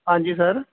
ਹਾਂਜੀ ਸਰ